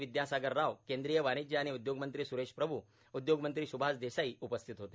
विद्यासागर राव केंद्रीय वाणिज्य आणि उद्योग मंत्री सुरेश प्रभू उद्योगमंत्री सुभाष देसाई उपस्थित होते